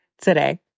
Today